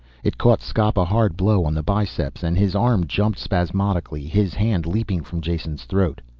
it caught skop a hard blow on the biceps and his arm jumped spasmodically, his hand leaping from jason's throat.